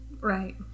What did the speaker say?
right